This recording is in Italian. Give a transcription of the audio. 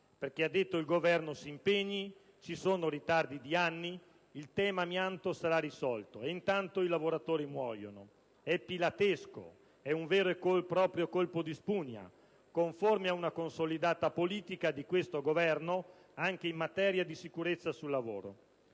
che ha detto che il Governo dovrà impegnarsi, che ci sono ritardi di anni e che il tema amianto sarà risolto: intanto i lavoratori muoiono. È pilatesco, è un vero e proprio colpo di spugna, conforme ad una consolidata politica di questo Governo, anche in materia di sicurezza sul lavoro.